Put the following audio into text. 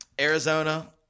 Arizona